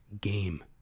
game